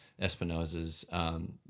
Espinozas